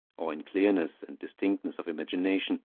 or in clearness and distinctness of imagination,